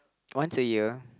once a year